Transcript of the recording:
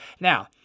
Now